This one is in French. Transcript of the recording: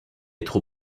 être